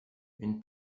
une